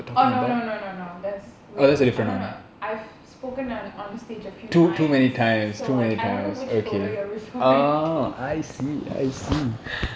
oh no no no no no that's wait I don't know I've spoken on on stage a few times so like I don't know which photo you're referring to